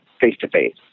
face-to-face